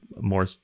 more